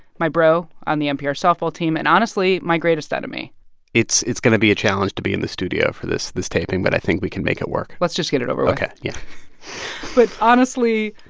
my bro on the npr softball team and, honestly, my greatest enemy it's it's going to be a challenge to be in the studio for this this taping, but i think we can make it work let's just get it over with ok, yeah but honestly,